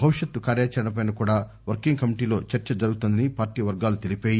భవిష్యత్తు కార్యచరణపై కూడా వర్కింగ్ కమిటీ లో చర్చ జరుగుతుందని పార్టీ వర్గాలు తెలిపాయి